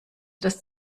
das